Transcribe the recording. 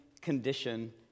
condition